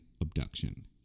abduction